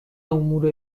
امور